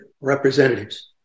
representatives